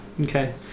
okay